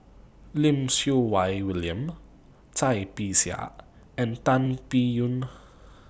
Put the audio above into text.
Lim Siew Wai William Cai Bixia and Tan Biyun